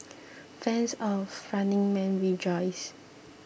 fans of Running Man rejoice